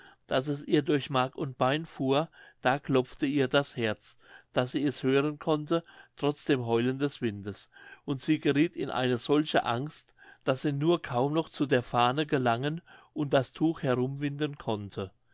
daß es ihr durch mark und bein fuhr da klopfte ihr das herz daß sie es hören konnte trotz dem heulen des windes und sie gerieth in eine solche angst daß sie nur kaum noch zu der fahne gelangen und das tuch herum winden konnte